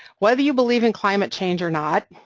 whether you believe in climate change or not,